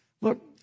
Look